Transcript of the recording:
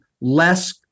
less